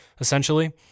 essentially